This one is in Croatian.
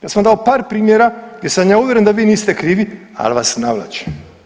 Ja sam vam dao par primjera jer sam ja uvjeren da vi niste krivi, ali vas navlače.